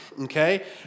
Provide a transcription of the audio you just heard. Okay